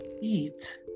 eat